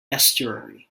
estuary